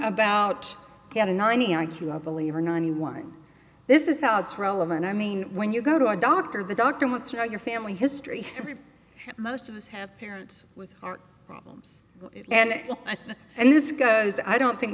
about get a ninety i q i believe or ninety one this is how it's relevant i mean when you go to a doctor the doctor wants to know your family history and most of us have parents with our problems and and this goes i don't think